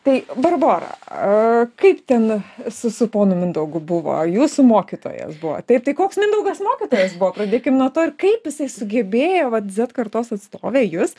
tai barbora aaa kaip ten su su ponu mindaugu buvo jūsų mokytojas buvo taip tai koks mindaugas mokytojas buvo pradėkim nuo to ir kaip jisai sugebėjo vat zet kartos atstovę jus